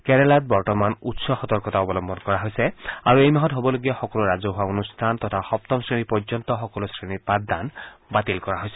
কেৰালাত বৰ্তমান উচ্চ সতৰ্কতা অৱলম্বন কৰা হৈছে আৰু এই মাহত হবলগীয়া সকলো ৰাজহুৱা অনুষ্ঠান তথা সপ্তম শ্ৰেণী পৰ্যন্ত সকলো শ্ৰেণীৰ পাঠদান বাতিল কৰা হৈছে